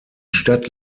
stadt